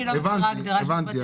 אני לא מכירה הגדרה --- הבנתי.